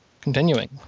continuing